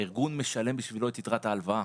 הארגון משלם בשבילו את יתרת ההלוואה.